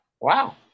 Wow